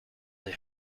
they